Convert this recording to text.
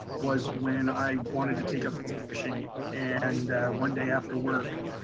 was when i wanted to take up fly fishing. and one day after work,